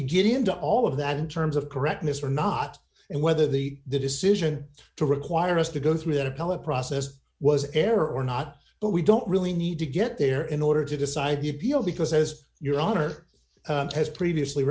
get into all of that in terms of correctness or not and whether the decision to require us to go through that appellate process was error or not but we don't really need to get there in order to decide the appeal because as your honor has previously